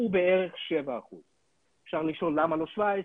הוא בערך 7%. אפשר לשאול למה לא 17,